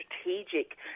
strategic